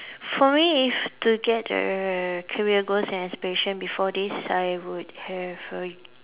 for me if to get the career goals and aspiration before this I would have a